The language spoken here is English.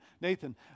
Nathan